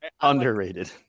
Underrated